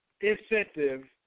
incentive